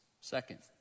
Second